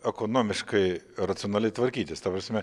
ekonomiškai racionaliai tvarkytis ta prasme